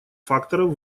факторов